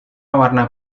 warna